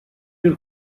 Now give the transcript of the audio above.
will